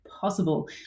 possible